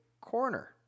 corner